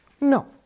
No